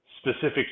specific